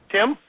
Tim